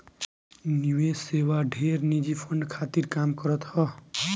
निवेश सेवा ढेर निजी फंड खातिर काम करत हअ